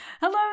Hello